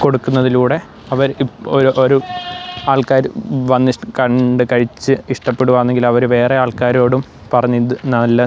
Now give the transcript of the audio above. കൊടുക്കുന്നതിലൂടെ അവർ ഒരു ഒരു ആൾക്കാർ വന്ന് ഇഷ് കണ്ട് കഴിച്ച് ഇഷ്ടപ്പെടുവാണെങ്കിൽ അവർ വേറെ ആൾക്കാരോടും പറഞ്ഞിത് നല്ല